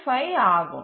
5 ஆகும்